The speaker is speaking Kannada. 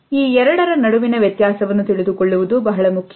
ಈ ಎರಡರ ನಡುವಿನ ವ್ಯತ್ಯಾಸವನ್ನು ತಿಳಿದುಕೊಳ್ಳುವುದು ಬಹಳ ಮುಖ್ಯ